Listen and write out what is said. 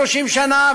30 שנה,